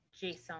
Jason